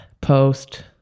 Post